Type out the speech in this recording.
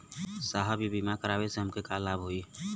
साहब इ बीमा करावे से हमके का लाभ होई?